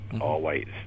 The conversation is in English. all-white